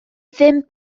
ddim